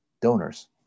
donors